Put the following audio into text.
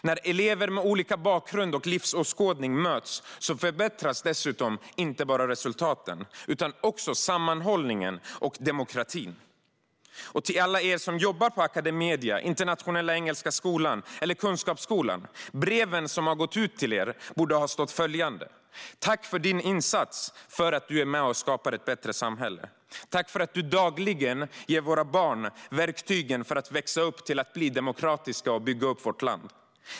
När elever med olika bakgrund och livsåskådning möts förbättras dessutom inte bara resultaten, utan också sammanhållningen och demokratin. Till alla er som jobbar på Academedia, Internationella Engelska Skolan eller Kunskapsskolan vill jag säga att det borde ha stått följande i breven som har gått ut till er: Tack för din insats och för att du är med och skapar ett bättre samhälle! Tack för att du dagligen ger våra barn verktygen för att växa upp och bli demokratiska och bygga upp vårt land!